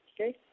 okay